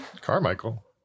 Carmichael